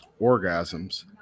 orgasms